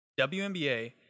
WNBA